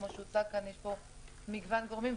כמו שהוצג כאן יש פה מגוון גורמים,